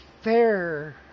fair